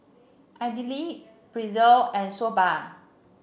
Idili Pretzel and Soba